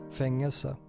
fängelse